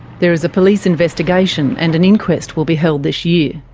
there is a police investigation and an inquest will be held this year.